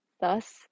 thus